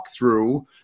walkthrough